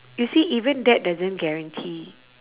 you see even that doesn't guarantee